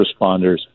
responders